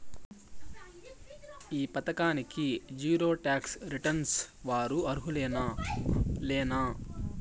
ఈ పథకానికి zero tax returns వారు అర్హులేనా లేనా?